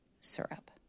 syrup